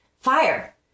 fire